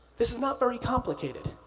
this is not very complicated.